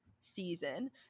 season